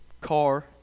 car